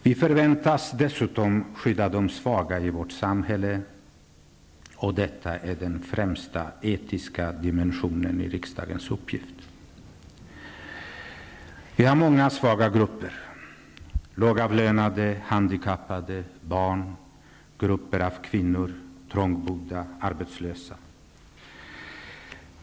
Vi förväntas dessutom skydda de svaga i vårt samhälle, och detta är den främsta etiska dimensionen i riksdagens uppgift. Vi har många svaga grupper: lågavlönade, handikappade, barn, grupper av kvinnor, trångbodda, arbetslösa.